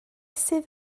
sydd